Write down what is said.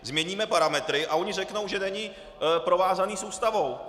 Změníme parametry a oni řeknou, že není provázaný s Ústavou.